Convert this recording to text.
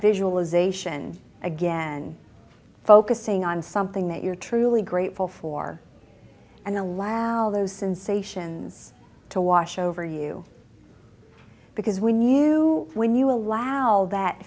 visualization again focusing on something that you're truly grateful for and allow those sensations to wash over you because when you when you allow that